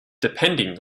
depending